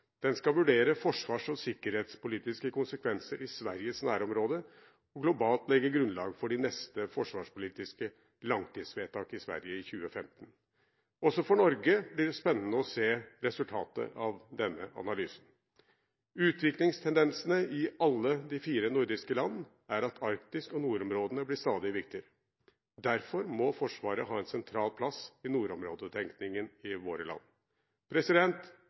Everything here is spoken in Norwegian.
Den skal vurdere forsvars- og sikkerhetspolitiske konsekvenser i Sveriges nærområde og globalt legge grunnlag for de neste forsvarspolitiske langtidsvedtak i Sverige i 2015. Også for Norge blir det spennende å se resultatet av denne analysen. Utviklingstendensene i alle de fire nordiske land er at Arktis og nordområdene blir stadig viktigere. Derfor må Forsvaret ha en sentral plass i nordområdetenkningen i våre land.